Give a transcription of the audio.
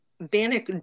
Bannock